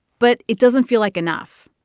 but it doesn't feel like enough.